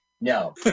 No